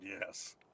Yes